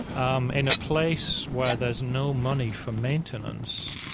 um in a place where there's no money from maintenance,